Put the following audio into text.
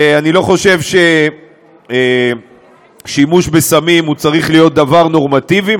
אני לא חושב ששימוש בסמים צריך להיות דבר נורמטיבי,